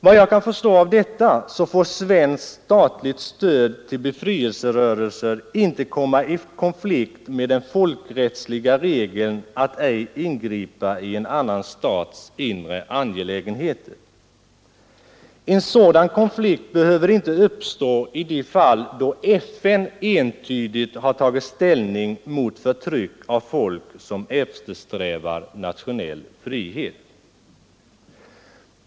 Vad jag kan förstå av detta så får svenskt statligt stöd till befrielserörelsen inte komma i konflikt med den folkrättsliga regeln att ej ingripa i en annan stats inre angelägenheter. En sådan konflikt behöver inte uppstå i de fall då FN entydigt har tagit ställning mot förtryck av folk som eftersträvar nationell frihet.